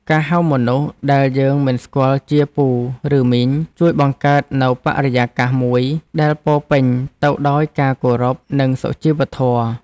ការហៅមនុស្សដែលយើងមិនស្គាល់ថាពូឬមីង ជួយបង្កើតនូវបរិយាកាសមួយដែលពោរពេញទៅដោយការគោរពនិងសុជីវធម៌។